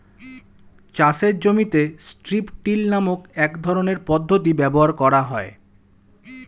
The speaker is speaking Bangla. চাষের জমিতে স্ট্রিপ টিল নামক এক রকমের পদ্ধতি ব্যবহার করা হয়